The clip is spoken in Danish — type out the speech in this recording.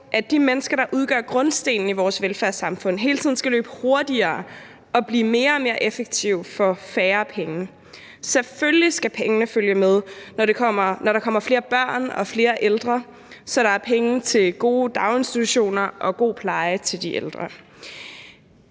at de mennesker, der udgør grundstenen i vores velfærdssamfund, hele tiden skal løbe hurtigere og blive mere og mere effektive for færre penge. Selvfølgelig skal pengene følge med, når der kommer flere børn og flere ældre, så der er penge til gode daginstitutioner og god pleje til de ældre.